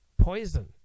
poison